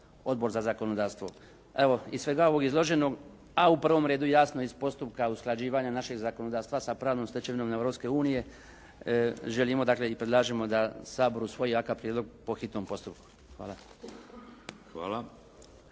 Odbor za zakonodavstvo. Iz svega ovog izloženog a u prvom redu jasno iz postupka usklađivanja našeg zakonodavstva sa pravnom stečevinom Europske unije želimo dakle i predlažemo da Sabor usvoji ovakav prijedlog po hitnom postupku. Hvala.